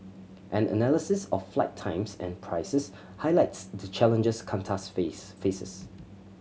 an analysis of flight times and prices highlights the challenges Qantas face faces